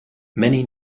many